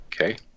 Okay